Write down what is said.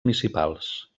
municipals